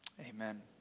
Amen